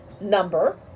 number